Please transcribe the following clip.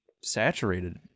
saturated